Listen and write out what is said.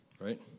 right